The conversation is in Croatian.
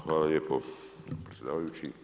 Hvala lijepo predsjedavajući.